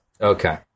Okay